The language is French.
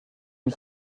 une